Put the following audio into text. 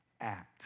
act